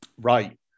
Right